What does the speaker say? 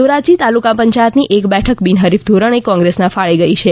ધોરાજી તાલુકા પંચાયત ની એક બેઠક બિન હરીફ ધોરણે કોંગ્રેસ ના ફાળે ગઈ છે